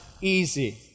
easy